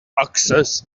access